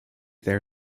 their